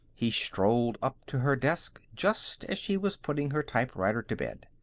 he, strolled up to her desk, just as she was putting her typewriter to bed.